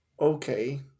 Okay